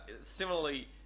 similarly